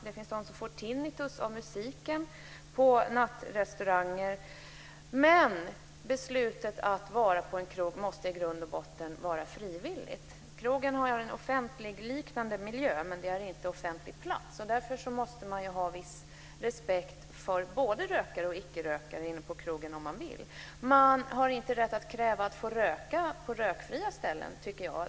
Det finns de som får tinnitus av musiken på nattklubbar. Men beslutet att gå på en krog måste i grund och botten vara frivilligt. Krogen är en offentligliknande miljö, men det är inte en offentlig plats. Därför måste man ha en viss respekt för både rökare och ickerökare. Man har inte rätt att kräva att få röka på rökfria ställen.